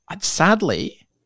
sadly